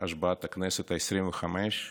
השבעת הכנסת העשרים-וחמש,